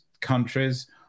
countries